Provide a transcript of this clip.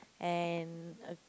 and uh